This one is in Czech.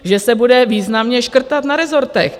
Že se bude významně škrtat na rezortech.